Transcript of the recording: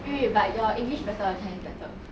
wait wait wait but your english better or chinese better